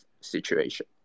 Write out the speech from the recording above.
situation